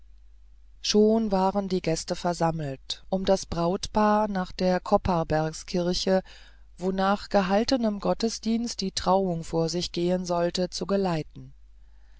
schon waren die gäste versammelt um das brautpaar nach der kopparbergskirche wo nach gehaltenem gottesdienst die trauung vor sich gehen sollte zu geleiten